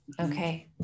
okay